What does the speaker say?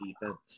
defense